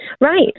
Right